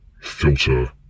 filter